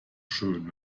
schön